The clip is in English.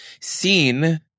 seen